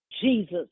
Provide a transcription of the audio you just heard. Jesus